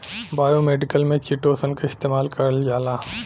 biomedical में chitosan क इस्तेमाल करल जाला